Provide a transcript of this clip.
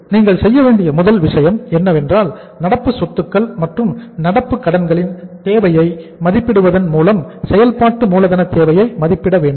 நீங்கள் செய்ய வேண்டிய முதல் விஷயம் என்னவென்றால் நடப்பு சொத்துக்கள் மற்றும் நடப்பு கடன்களின் தேவையை மதிப்பிடுவதன் மூலம் செயல்பாட்டு மூலதன தேவையை மதிப்பிட வேண்டும்